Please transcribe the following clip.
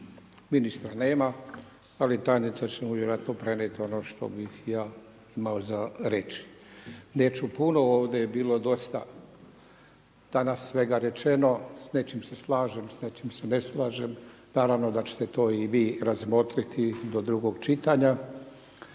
Ministra nema ali tajnica će mu vjerojatno prenijeti ono što bih ja imao za reći. Neću puno, ovdje je bilo dosta danas svega rečeno, s nečim se slažem, s nečim se ne slažem, naravno da ćete to i vi razmotriti do drugog čitanja